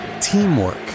teamwork